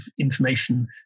information